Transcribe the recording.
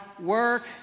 work